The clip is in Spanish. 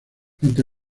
ante